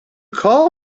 call